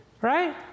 Right